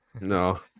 No